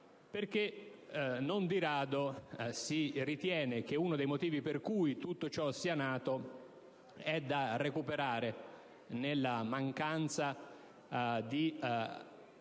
perché non di rado si ritiene che uno dei motivi per cui tutto ciò è nato sia da ravvisare nella mancanza di